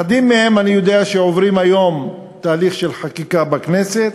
אחדים מהם אני יודע שעוברים היום תהליך של חקיקה בכנסת,